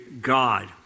God